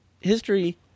history